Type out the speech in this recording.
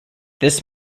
this